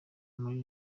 muri